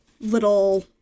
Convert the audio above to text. little